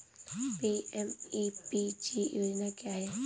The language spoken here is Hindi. पी.एम.ई.पी.जी योजना क्या है?